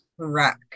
Correct